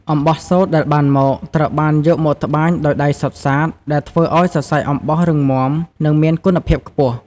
អំបោះសូត្រដែលបានមក ត្រូវបានយកមកត្បាញដោយដៃសុទ្ធសាធ ដែលធ្វើឱ្យសរសៃអំបោះរឹងមាំ និងមានគុណភាពខ្ពស់។